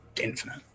infinite